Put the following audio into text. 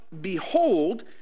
behold